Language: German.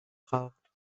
braucht